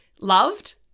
loved